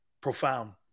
profound